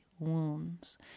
wounds